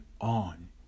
on